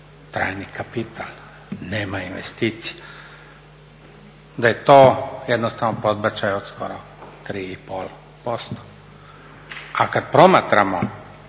trajni kapital, nema investicija da je to jednostavno podbačaj od skoro 3,5%. A kada promatramo